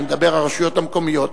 אני מדבר על הרשויות המקומיות,